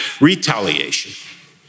retaliation